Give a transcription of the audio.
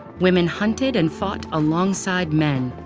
women hunted and fought alongside men,